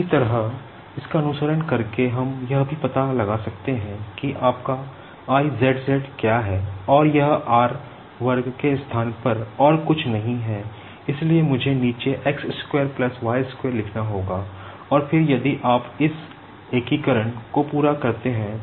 इसी तरह इसका अनुसरण करके हम यह भी पता लगा सकते हैं कि आपका I zz क्या है और यह r वर्ग के स्थान पर और कुछ नहीं है इसलिए मुझे नीचे लिखना होगा और फिर यदि आप इस इंटीग्रेशन को पूरा करते हैं